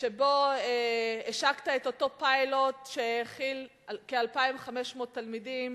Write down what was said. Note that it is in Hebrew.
השקת את אותו פיילוט שהאכיל כ-2,500 תלמידים